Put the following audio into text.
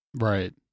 Right